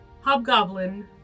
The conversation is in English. hobgoblin